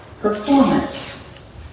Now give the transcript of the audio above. performance